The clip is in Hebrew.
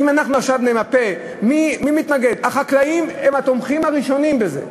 אם אנחנו עכשיו נמפה מי מתנגד: החקלאים הם התומכים הראשונים בזה.